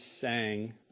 sang